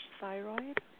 thyroid